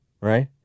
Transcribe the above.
right